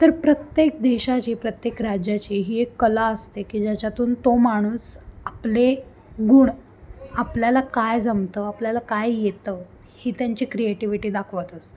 तर प्रत्येक देशाची प्रत्येक राज्याची ही एक कला असते की ज्याच्यातून तो माणूस आपले गुण आपल्याला काय जमतं आपल्याला काय येतं ही त्यांची क्रिएटिव्हिटी दाखवत असतं